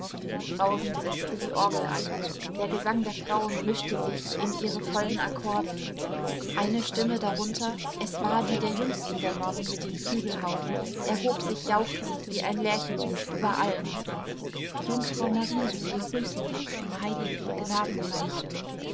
brausend setzte die orgel ein der gesang der frauen mischte sich in ihre vollen akkorde eine stimme darunter es war die der jüngsten der nonnen mit den flügelhauben erhob sich jauchzend wie ein lerchenlied über allen jungfrau maria wir grüßen dich heilige